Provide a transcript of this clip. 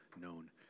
known